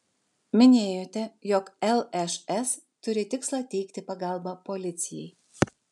minėjote jog lšs turi tikslą teikti pagalbą policijai